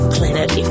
Planet